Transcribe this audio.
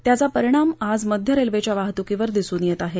त्याचा परिणाम आज मध्य रेल्वेच्या वाहतूकीवर दिसून येत आहे